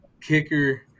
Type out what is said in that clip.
kicker